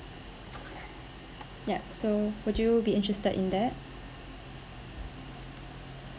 yup so would you be interested in that